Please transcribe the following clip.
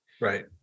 Right